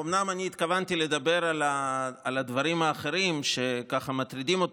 אומנם אני התכוונתי לדבר על הדברים האחרים שמטרידים אותי,